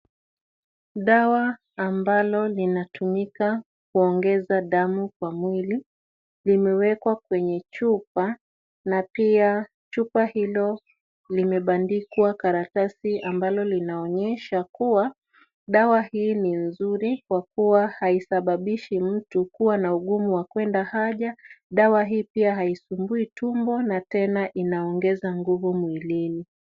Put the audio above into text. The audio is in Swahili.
Dawa ambalo linatumika kuongeza damu kwa mwili limewekwa kwenye chupa na pia chupa hilo limebandikwa karatasi ambalo linaonyesha kuwa dawa hii ni nzuri kwa kuwa haisababishi mtu kuwa na ugumu kuenda haja. Dawa hii pia haisumbui tumbo na pia inaongeza nguvu mwilini.